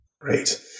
Great